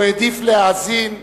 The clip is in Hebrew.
הוא העדיף להאזין,